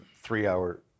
three-hour